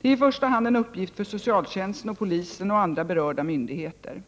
Det är i första hand en uppgift för socialtjänsten och polisen och andra berörda myndigheter.